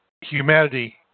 humanity